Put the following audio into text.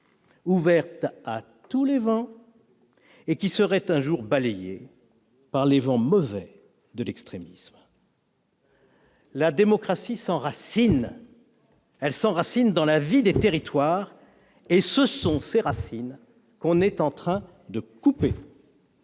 ouverte à tous les vents et qui serait, un jour, balayée par les vents mauvais de l'extrémisme. Très bien ! La démocratie s'enracine dans la vie des territoires. Ce sont ces racines que l'on est en train de couper